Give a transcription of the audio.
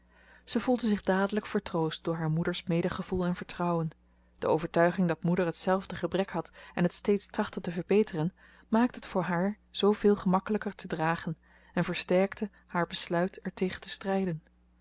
zij voelde zich dadelijk vertroost door haar moeders medegevoel en vertrouwen de overtuiging dat moeder hetzelfde gebrek had en het steeds trachtte te verbeteren maakte het voor haar zooveel gemakkelijker te dragen en versterkte haar besluit er tegen te strijden